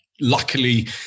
luckily